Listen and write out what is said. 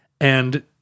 and-